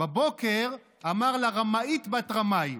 בבוקר אמר לה: רמאית בת רמאי.